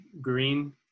green